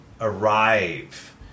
arrive